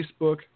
Facebook